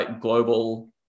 global